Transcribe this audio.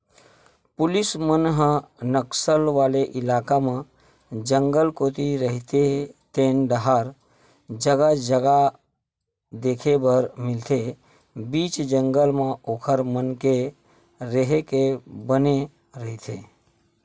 police मन ह नक्सल वाले इलाका म जंगल कोती रहिते तेन डाहर जगा जगा देखे बर मिलथे बीच जंगल म ओखर मन के रेहे के बने रहिथे